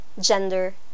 gender